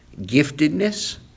giftedness